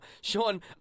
Sean